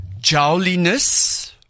jowliness